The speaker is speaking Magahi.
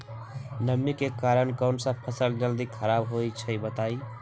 नमी के कारन कौन स फसल जल्दी खराब होई छई बताई?